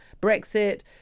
Brexit